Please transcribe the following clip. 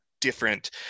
different